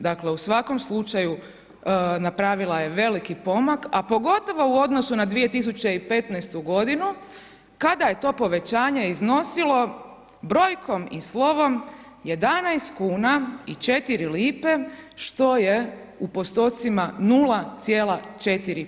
Dakle, u svakom slučaju napravila je veliki pomak, a pogotovo u odnosu na 2015. godinu, kada je to povećanje iznosilo brojkom i slovom 11,04 kuna što je u postocima 0,4%